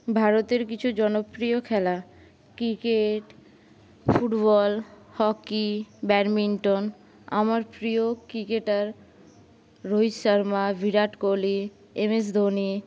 ভারতের কিছু জনপ্রিয় খেলা ক্রিকেট ফুটবল হকি ব্যাডমিন্টন আমার প্রিয় ক্রিকেটার রোহিত শর্মা বিরাট কোহলি এমএস ধোনি